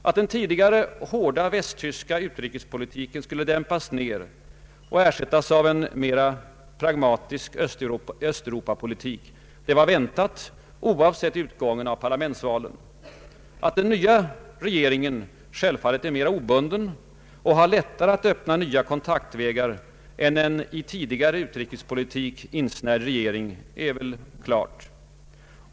Att den tidigare hårda västtyska utrikespolitiken skulle dämpas ned och ersättas av en mera pragmatisk östeuropapolitik var väntat oavsett utgången av parlamentsvalen. Att den nya regeringen självfallet är mera obunden och har lättare att öppna nya kontaktvägar än en i tidigare utrikespolitik insnärjd regering är likväl obestridligt.